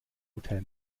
hotel